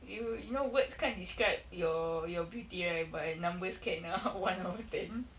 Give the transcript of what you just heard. you you know words can't describe your your beauty right but numbers can lah one out of ten